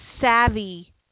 savvy